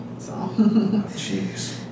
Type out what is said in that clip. Jeez